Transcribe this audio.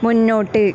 മുന്നോട്ട്